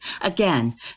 Again